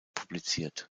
publiziert